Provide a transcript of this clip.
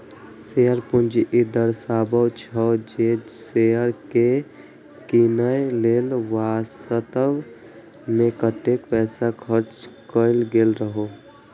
share पूंजी ई दर्शाबै छै, जे शेयर कें कीनय लेल वास्तव मे कतेक पैसा खर्च कैल गेल रहै